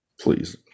Please